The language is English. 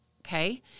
Okay